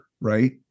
right